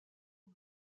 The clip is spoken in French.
une